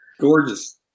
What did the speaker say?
Gorgeous